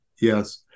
Yes